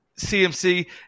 CMC